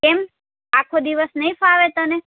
કેમ આખો દિવસ નહીં ફાવે તને